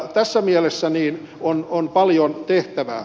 tässä mielessä on paljon tehtävää